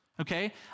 okay